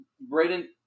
Braden